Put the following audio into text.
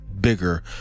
bigger